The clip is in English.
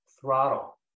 throttle